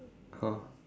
!huh!